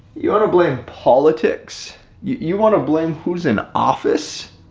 you want to blame politics. you want to blame who's in office,